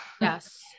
Yes